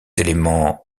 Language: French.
éléments